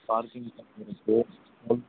parking charge இருக்குது ம்